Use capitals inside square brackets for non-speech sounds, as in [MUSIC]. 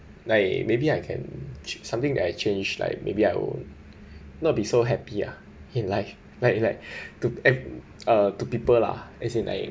like maybe I can chan~ something that I change like maybe I will not be so happy lah in life like like [BREATH] to ah to people lah as in like